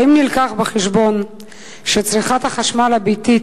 האם הובא בחשבון שצריכת החשמל הביתית